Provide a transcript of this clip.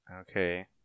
Okay